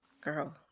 Girl